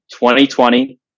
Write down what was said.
2020